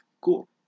cool